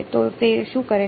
તો તે શું કરે છે